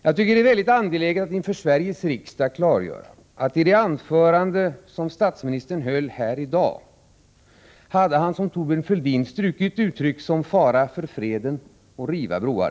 Jag tycker att det är angeläget att inför Sveriges riksdag klargöra att i det anförande som statsministern höll här i dag hade han, som Thorbjörn Fälldin sade, strukit uttryck som ”fara för freden” och ”riva broar”.